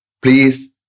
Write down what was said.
please